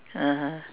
(uh huh)